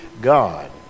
God